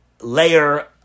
layer